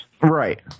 Right